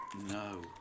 No